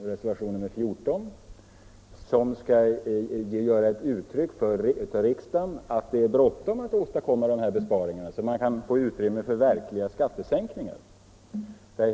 nr 14, som innebär att riksdagen skall göra klart att det är bråttom att åstadkomma dessa besparingar, så att det kan bli utrymme för verkliga skattesänkningar.